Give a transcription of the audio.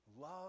Love